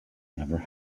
never